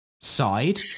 side